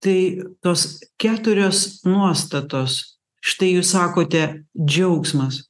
tai tos keturios nuostatos štai jūs sakote džiaugsmas